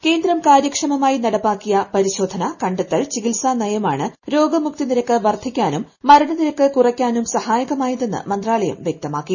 ക്രേന്ദ്രം കാര്യക്ഷമമായി നടപ്പാക്കിയ പരിശോധന കണ്ടെത്തൽ ചികിത്സാ നയമാണ് രോഗമുക്തി നിരക്ക് വർദ്ധിക്കാനും മരണ നിരക്ക് കുറയ്ക്കാനും സഹായകമായതെന്ന് മന്ത്രാലയം വ്യക്തമാക്കി